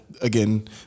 again